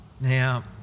Now